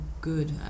good